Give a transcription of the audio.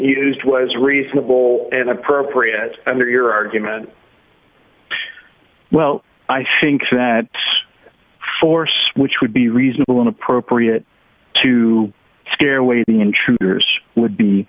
used was reasonable and appropriate under your argument well i think that force which would be reasonable and appropriate to scare away the intruders would be